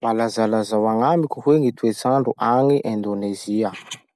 Mba lazalazao agnamiko hoe gny toetsandro agny Indonezia?